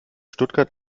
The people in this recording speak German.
stuttgart